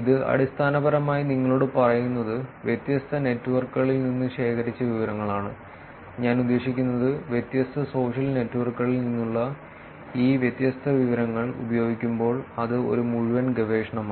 ഇത് അടിസ്ഥാനപരമായി നിങ്ങളോട് പറയുന്നത് വ്യത്യസ്ത നെറ്റ്വർക്കുകളിൽ നിന്ന് ശേഖരിച്ച വിവരങ്ങളാണ് ഞാൻ ഉദ്ദേശിക്കുന്നത് വ്യത്യസ്ത സോഷ്യൽ നെറ്റ്വർക്കുകളിൽ നിന്നുള്ള ഈ വ്യത്യസ്ത വിവരങ്ങൾ ഉപയോഗിക്കുമ്പോൾ അത് ഒരു മുഴുവൻ ഗവേഷണമാണ്